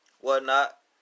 whatnot